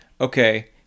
okay